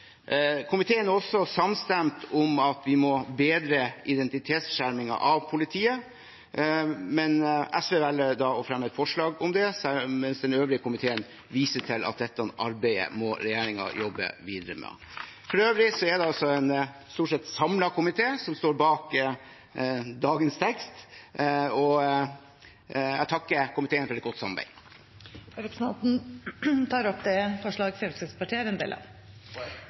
Komiteen er også samstemt om at vi må bedre identitetsskjermingen av politiet. SV velger å fremme et forslag om det, mens den øvrige komiteen viser til at dette arbeidet må regjeringen jobbe videre med. For øvrig er det en stort sett samlet komité som står bak dagens tekst. Jeg takker komiteen for et godt samarbeid. Jeg tar opp det forslaget Fremskrittspartiet er en del av.